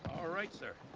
all right, sir.